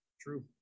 True